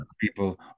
people